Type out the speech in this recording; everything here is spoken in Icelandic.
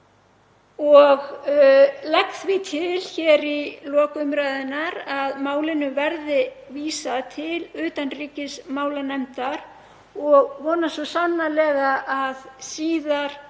Ég legg því til hér í lok umræðunnar að málinu verði vísað til utanríkismálanefndar. Ég vona svo sannarlega að síðar